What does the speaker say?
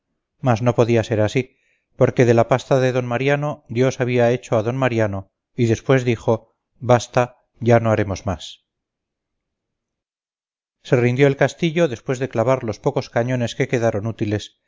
mas no podía ser así porque de la pasta de d mariano dios había hecho a d mariano y después dijo basta ya no haremos más se rindió el castillo después de clavar los pocos cañones que quedaron útiles